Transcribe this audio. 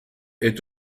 est